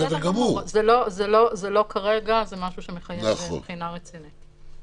בכל מקרה, זה משהו שמחייב בחינה רצינית.